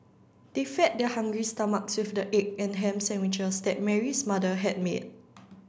they fed their hungry stomachs with the egg and ham sandwiches that Mary's mother had made